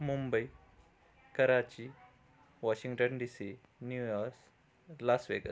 Mumbai Karachi Washington D C New York's Las Vegas